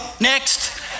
next